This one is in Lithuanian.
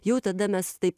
jau tada mes taip